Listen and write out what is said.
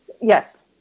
Yes